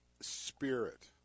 spirit